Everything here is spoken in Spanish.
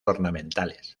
ornamentales